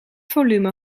volume